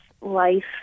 life